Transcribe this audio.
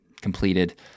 completed